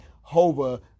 Hova